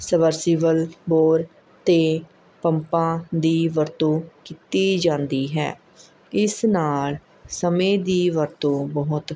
submersible bore ਅਤੇ ਪੰਪਾਂ ਦੀ ਵਰਤੋਂ ਕੀਤੀ ਜਾਂਦੀ ਹੈ ਇਸ ਨਾਲ਼ ਸਮੇਂ ਦੀ ਵਰਤੋਂ ਬਹੁਤ